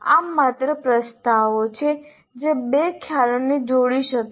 આ માત્ર પ્રસ્તાવો છે જે બે ખ્યાલોને જોડી શકે છે